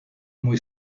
muy